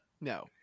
no